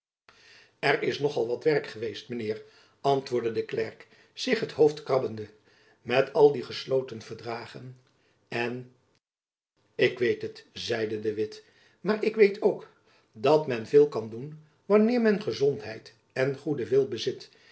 er is nog al werk geweest mijn heer antjacob van lennep elizabeth musch woordde de klerk zich het hoofd krabbende met al die gesloten verdragen en ik weet het zeide de witt maar ik weet ook dat men veel kan doen wanneer men gezondheid en een goeden wil bezit